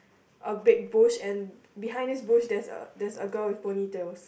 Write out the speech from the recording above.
a big bush and behind this bush there's a there's a girl with ponytails